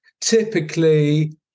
typically